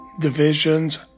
division's